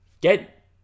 Get